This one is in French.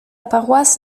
paroisse